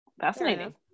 Fascinating